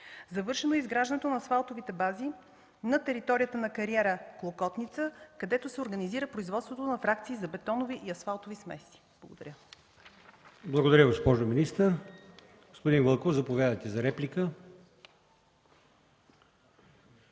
Завършено е изграждането на асфалтовите бази на територията на кариера „Клокотница”, където се организира производството на фракции за бетонови и асфалтови смеси. Благодаря. ПРЕДСЕДАТЕЛ АЛИОСМАН ИМАМОВ: Благодаря, госпожо министър. Господин Вълков, заповядайте за реплика.